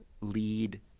lead